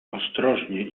ostrożnie